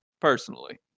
personally